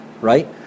right